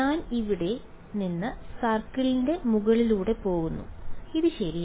ഞാൻ ഇവിടെ നിന്ന് സർക്കിളിന് മുകളിലൂടെ പോകുന്നു ഇത് ശരിയാണ്